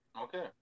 Okay